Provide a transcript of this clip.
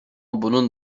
bunun